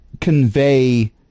convey